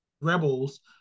Rebels